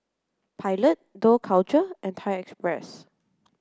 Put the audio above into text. Pilot Dough Culture and Thai Express